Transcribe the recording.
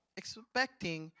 expecting